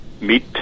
meet